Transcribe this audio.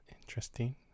Interesting